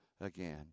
again